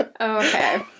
Okay